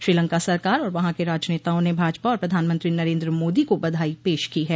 श्रीलंका सरकार और वहां के राजनेताओं ने भाजपा और प्रधानमंत्री नरेन्द्र मोदी को बधाई पेश की है